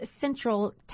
Central